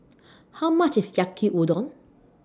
How much IS Yaki Udon